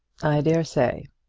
i dare say.